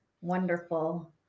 Wonderful